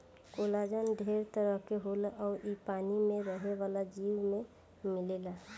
collagen ढेर तरह के होला अउर इ पानी में रहे वाला जीव में मिलेला